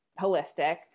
holistic